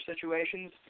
situations